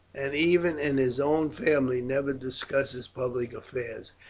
and even in his own family never discusses public affairs.